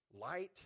Light